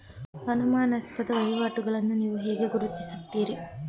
ಅನುಮಾನಾಸ್ಪದ ವಹಿವಾಟುಗಳನ್ನು ನೀವು ಹೇಗೆ ಗುರುತಿಸುತ್ತೀರಿ?